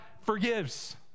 forgives